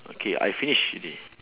okay I finish already